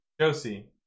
Josie